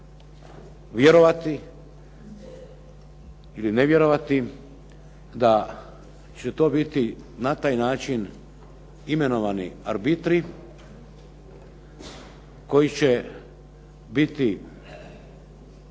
vjerovati ili ne vjerovati da će to biti na taj način imenovani arbitri koji će biti